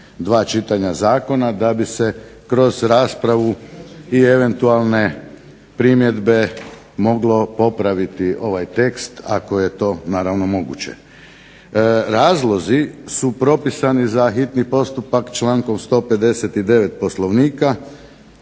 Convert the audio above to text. dva čitanja zakona da bi se kroz raspravu i eventualne primjedbe moglo popraviti ovaj tekst ako je to naravno moguće. Razlozi su propisani za hitni postupak člankom 159. Poslovnika